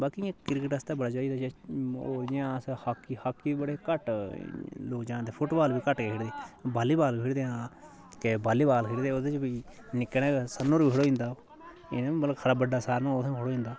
बाकी इयां क्रिकेट आस्तै बड़ा चाहि्दा जियां ओह् अस हाकी हाकी बी बड़े घट्ट लोक जानदे फुट बाल बी घट्ट गै खेढदे वाली बाल बी खेढदे हां केईं वाली बाल खेढदे ओह्दे बिच्च बी निक्का नेहा गै सन पर बी खडोई जंदा ओह् एह् नी खरा बड्डा स्थान होऐ उत्थें बी खढोई जंदा